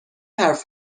حرف